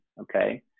okay